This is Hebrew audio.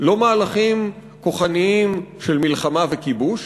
לא מהלכים כוחניים של מלחמה וכיבוש